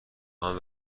آهن